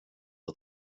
att